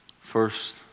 First